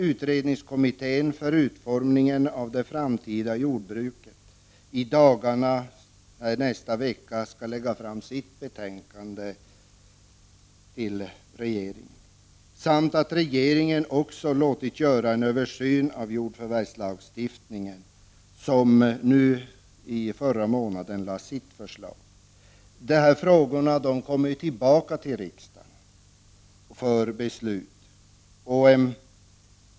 Utredningskommittén för utformandet av det framtida jordbruket kommer i nästa vecka att lägga fram sitt betänkande för regeringen. Regeringen har också låtit göra en översyn av jordförvärvslagstiftningen, och det lades fram ett förslag i förra månaden. De här frågorna kommer således tillbaka till riksdagen för beslut.